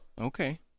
Okay